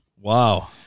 Wow